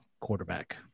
quarterback